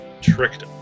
tricked